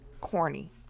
Corny